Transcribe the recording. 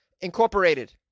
incorporated